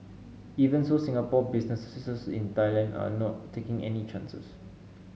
even so Singapore businesses in Thailand are not taking any chances